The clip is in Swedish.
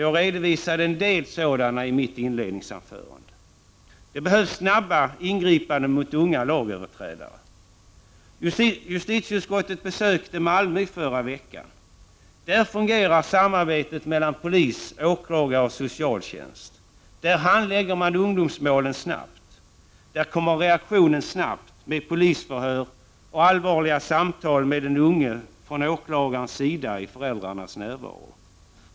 Jag redovisade en del sådana i mitt inledningsanförande. Det behövs snabba ingripanden mot unga lagöverträdare. Justitieutskottet besökte Malmö i förra veckan. Där fungerar samarbetet mellan polis, åklagare och socialtjänst. Där handlägger man ungdomsmålen snabbt. Där kommer reaktionen snabbt med polisförhör och allvarliga samtal mellan den unge och åklagaren i föräldrarnas närvaro.